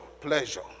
Pleasure